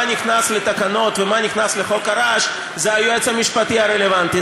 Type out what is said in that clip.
נכנס לתקנות ומה נכנס לחוק הרעש זה היועץ המשפטי הרלוונטי,